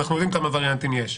אנחנו יודעים כמה וריאנטים יש.